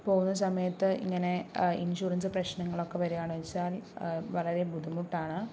പോകുന്ന സമയത്ത് ഇങ്ങനെ ഇൻഷുറൻസ് പ്രശ്നങ്ങളൊക്കെ വരാന്ന് വെച്ചാൽ വളരെ ബുദ്ധിമുട്ടാണ്